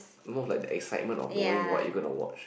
more of like the excitement of knowing what you are gonna watch